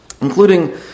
including